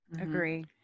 Agree